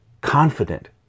confident